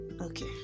Okay